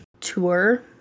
tour